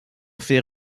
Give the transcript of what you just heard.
fait